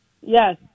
Yes